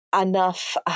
enough